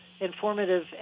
informative